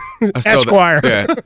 Esquire